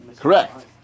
Correct